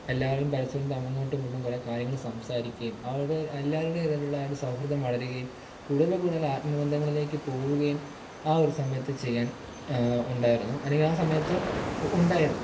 എല്ലാവരും പരസ്പരം അങ്ങോട്ടും ഇങ്ങോട്ടും കുറെ കാര്യങ്ങൾ സംസാരിക്കുകയും എല്ലാരുടെ ഇടയിലുള്ള ആ സൗഹൃദം വളരുകയും കൂടുതൽ കൂടുതൽ ആത്മ ബന്ധങ്ങളിലേക്ക് പോവുകയും ആ ഒരു സമയത്ത് ചെയ്യാൻ ഉണ്ടായിരുന്നു അല്ലെങ്കിൽ ആ സമയത്ത് ഉണ്ടായിരുന്നു